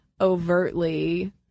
overtly